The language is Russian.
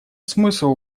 смысл